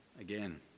Again